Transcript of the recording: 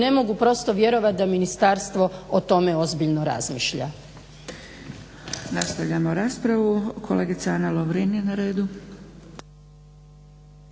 ne mogu prosto vjerovati da ministarstvo o tome ozbiljno razmišlja.